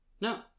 No